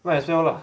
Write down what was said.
might as well lah